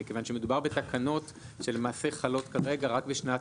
מכיוון שמדובר בתקנות שלמעשה חלות כרגע רק בשנת